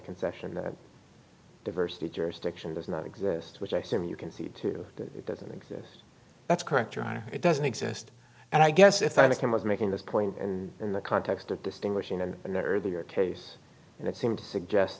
concession that diversity jurisdiction does not exist which i seem you can see to that it doesn't exist that's correct your honor it doesn't exist and i guess if i think i was making this point and in the context of distinguishing and the earlier case and it seemed to suggest